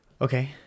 Okay